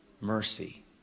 Mercy